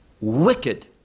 wicked